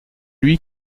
lui